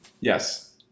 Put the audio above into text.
Yes